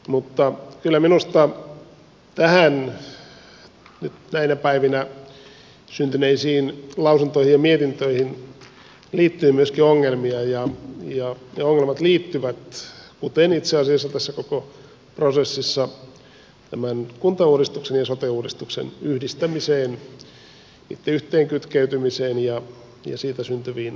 mutta kyllä minusta näihin nyt näinä päivinä syntyneisiin lausuntoihin ja mietintöihin liittyy myöskin ongelmia ja ongelmat liittyvät kuten itse asiassa tässä koko prosessissa tämän kuntauudistuksen ja sote uudistuksen yhdistämiseen niitten yhteenkytkeytymiseen ja siitä syntyviin vaikeuksiin